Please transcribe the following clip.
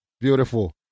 beautiful